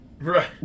Right